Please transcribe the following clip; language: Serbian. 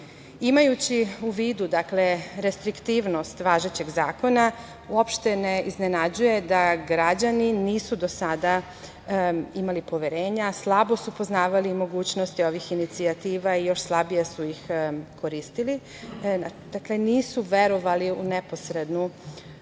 vidu, dakle, restriktivnost važećeg zakona uopšte ne iznenađuje da građani nisu do sada imali poverenja, slabo su poznavali mogućnosti ovih inicijativa i još slabije su ih koristili. Dakle, nisu verovali u neposrednu demokratsku